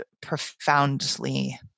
profoundly